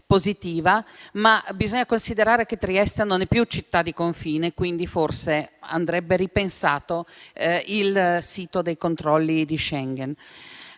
ma bisogna considerare che Trieste non è più città di confine e, quindi, forse andrebbe ripensato il sito dei controlli di Schengen.